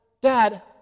Dad